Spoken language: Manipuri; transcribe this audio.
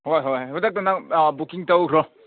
ꯍꯣꯏ ꯍꯣꯏ ꯈꯨꯗꯛꯇ ꯅꯪ ꯕꯨꯛꯀꯤꯡ ꯇꯧꯈ꯭ꯔꯣ